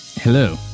Hello